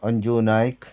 Anju Naik